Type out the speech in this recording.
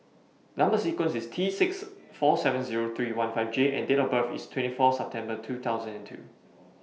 Number sequence IS T six four seven Zero three one five J and Date of birth IS twenty four September two thousand and two